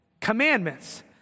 commandments